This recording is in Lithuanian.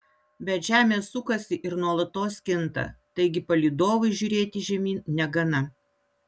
bet žemė sukasi ir nuolatos kinta taigi palydovui žiūrėti žemyn negana